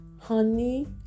honey